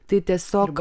tai tiesiog